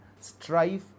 strife